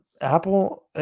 apple